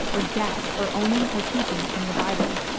or death for owning or teaching from the bible.